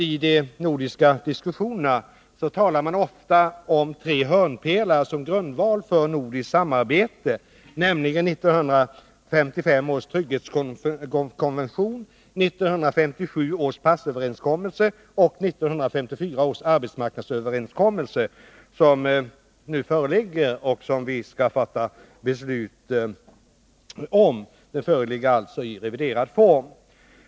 I de nordiska diskussionerna talar man ofta om tre hörnpelare som grundval för nordiskt samarbete, nämligen 1955 års trygghetskonvention, 1957 års passöverenskommelse och 1954 års arbetsmarknadsöverenskommelse. Det är den senare överenskommelsen som vi nu skall besluta oss för att ersätta med en ny som föreligger i reviderad form.